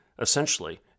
essentially